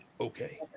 okay